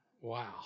Wow